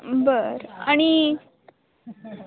बरं आणि